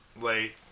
late